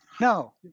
no